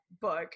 book